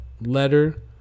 letter